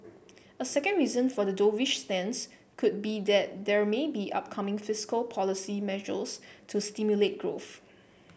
a second reason for the dovish stance could be that there may be upcoming fiscal policy measures to stimulate growth